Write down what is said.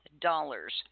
dollars